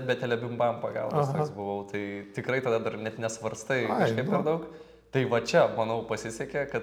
be telebimbam pagalbos toks buvau tai tikrai tada dar net nesvarstai kažkaip per daug tai va čia manau pasisekė kad